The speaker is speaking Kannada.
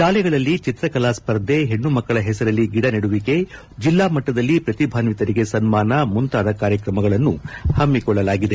ಶಾಲೆಗಳಲ್ಲಿ ಚಿತ್ರಕಲಾ ಸ್ಪರ್ಧೆ ಹೆಣ್ಣುಮಕ್ಕಳ ಹೆಸರಲ್ಲಿ ಗಿಡ ನೆಡುವಿಕೆ ಜಿಲ್ಲಾಮಟ್ಟದಲ್ಲಿ ಪ್ರತಿಭಾನ್ವಿಕರಿಗೆ ಸನ್ಮಾನ ಮುಂತಾದ ಕಾರ್ಯಕ್ರಮಗಳನ್ನು ಪಮ್ಮಿಕೊಳ್ಳಲಾಗಿದೆ